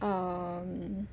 um